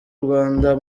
rwanda